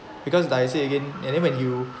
because like I say again and then when you